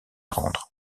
rendre